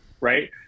Right